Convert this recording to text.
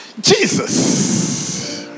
Jesus